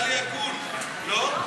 זה נראה לי הגון, לא?